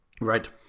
right